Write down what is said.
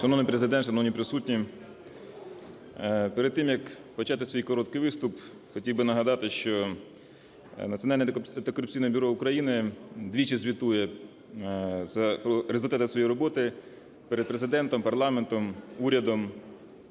Шановний Президент, шановні присутні, перед тим, як почати свій короткий виступ, хотів би нагадати, що Національне антикорупційне бюро України двічі звітує про результати своєї роботи перед Президентом, парламентом, урядом,